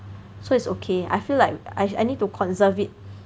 so it's okay I feel like I need to conserve it